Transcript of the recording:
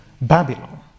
Babylon